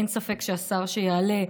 אין ספק שהשר, כשיעלה,